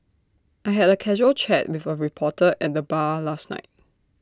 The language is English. I had A casual chat with A reporter at the bar last night